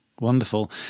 Wonderful